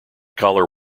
collar